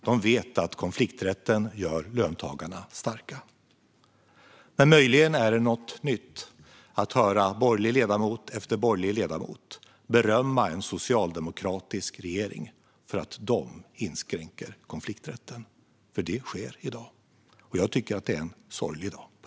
De vet att konflikträtten gör löntagarna starka. Men möjligen är det något nytt att höra den ena borgerliga ledamoten efter den andra berömma en socialdemokratisk regering för att den inskränker konflikträtten. Det sker i dag. På det sättet tycker jag att det är en sorglig dag.